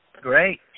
Great